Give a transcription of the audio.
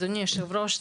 אדוני היושב-ראש,